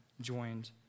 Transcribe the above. joined